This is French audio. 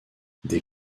des